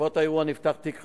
בעקבות האירוע נפתח תיק חקירה,